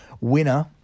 winner